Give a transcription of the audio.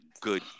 good